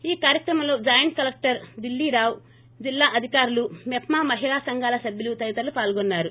ఈ కార్యక్రమంలో joint collector Dilli Rao జిల్లా అధికారులు మెప్మా మహిళ సంఘాల సభ్యులు తదితరులు పాల్గొన్నారు